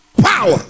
Power